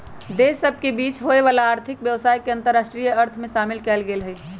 देश सभ के बीच होय वला आर्थिक व्यवसाय के अंतरराष्ट्रीय अर्थ में शामिल कएल गेल हइ